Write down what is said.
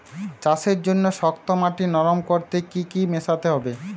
চাষের জন্য শক্ত মাটি নরম করতে কি কি মেশাতে হবে?